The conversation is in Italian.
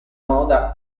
moda